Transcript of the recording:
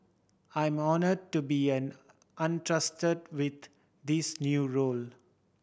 I'm honoured to be an entrusted with this new role